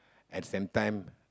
at the same time